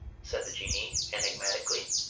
said the jinnee, enigmatically,